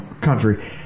country